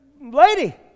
lady